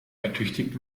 ertüchtigt